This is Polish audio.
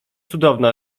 cudowna